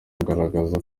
kugaragaza